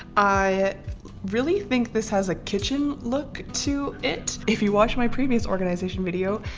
i really think this has a kitchen look to it if you watch my previous organization video,